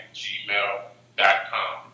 gmail.com